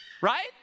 right